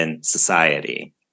society